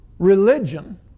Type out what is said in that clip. Religion